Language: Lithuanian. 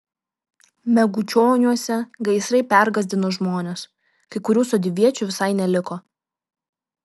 megučioniuose gaisrai pergąsdino žmones kai kurių sodybviečių visai neliko